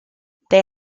they